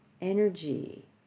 energy